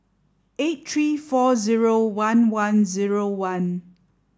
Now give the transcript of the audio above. eight three four zero one one zero one